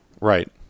right